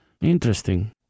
Interesting